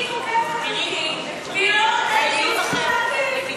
היא תוקפת אותי והיא לא נותנת לי זכות להגיב.